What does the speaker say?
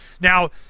Now